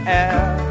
air